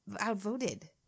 outvoted